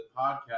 podcast